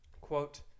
quote